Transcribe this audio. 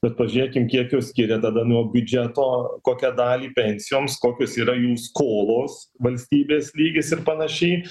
bet pažiūrėkim kiek jos skiria tada nuo biudžeto kokią dalį pensijoms kokios yra jų skolos valstybės lygis ir panašiai